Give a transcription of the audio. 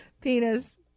penis